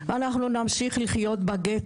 אני הייתי ראש "נתיב", הייתי גם שגריר ברוסיה